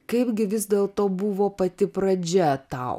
kaipgi vis dėlto buvo pati pradžia tau